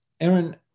Aaron